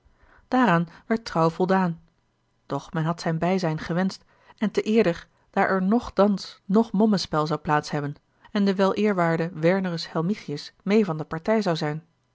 daaraan werd trouw voldaan doch men had zijn bijzijn gewenscht en te eerder daar er noch dans noch mommespel zou plaats hebben en de weleerwaarde wernerus helmichius meê van de partij zou zijn